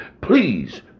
please